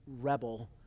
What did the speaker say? rebel